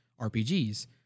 RPGs